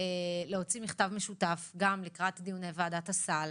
להוציא מכתב משותף, גם לקראת דיוני ועדת הסל,